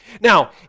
Now